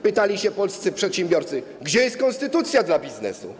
Pytali się polscy przedsiębiorcy: Gdzie jest konstytucja dla biznesu?